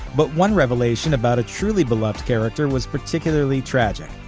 but one revelation about a truly beloved character was particularly tragic.